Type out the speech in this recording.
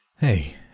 Hey